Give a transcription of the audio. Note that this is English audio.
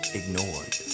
ignored